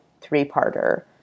three-parter